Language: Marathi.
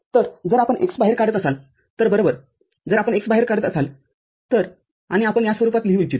तरजर आपण x बाहेर काढत असाल तर बरोबरजर आपण x बाहेर काढत असाल तर आणि आपण या स्वरूपात लिहू इच्छितो